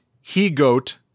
he-goat